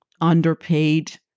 underpaid